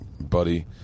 buddy